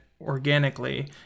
organically